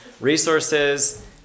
resources